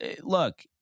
look